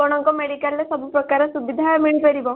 ଆପଣଙ୍କ ମେଡ଼ିକାଲ୍ରେ ସବୁପ୍ରକାର ସୁବିଧା ମିଳିପାରିବ